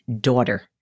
daughter